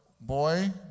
boy